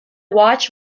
watch